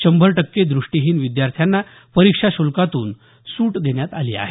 शंभर टक्के द्रष्टीहीन विद्यार्थ्यांना परीक्षा शुल्कातून सूट देण्यात आली आहे